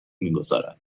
میگذارد